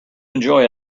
enjoy